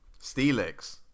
Steelix